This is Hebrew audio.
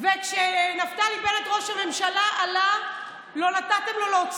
השעה בנושא איחוד משפחות אלה חבר הכנסת אמיר אוחנה